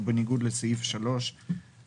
או בניגוד לסעיף 3(א);